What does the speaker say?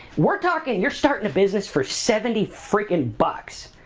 we're talking you're starting a business for seventy freakin' bucks.